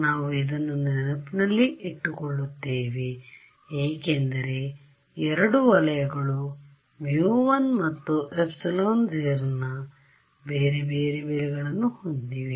ನಾವು ಇದನ್ನು ನೆನಪಿನಲ್ಲಿಟ್ಟು ಕೊಳ್ಳುತ್ತೇವೆ ಏಕೆಂದರೆ 2 ವಲಯಗಳು μ1 ಮತ್ತು ε0 ನ ಬೇರೆ ಬೇರೆ ಬೆಲೆಗಳನ್ನು ಹೊಂದಿವೆ